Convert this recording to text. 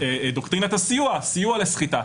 דוקטרינת הסיוע, סיוע לסחיטה.